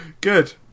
Good